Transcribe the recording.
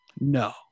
No